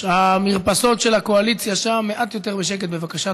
המרפסות של הקואליציה שם, מעט יותר בשקט, בבקשה.